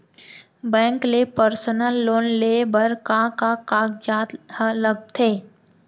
Bank ले personal loan लेये बर का का कागजात ह लगथे?